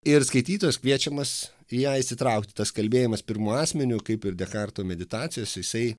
ir skaitytojas kviečiamas į ją įsitraukti tas kalbėjimas pirmuoju asmeniu kaip ir dekarto meditacijos jisai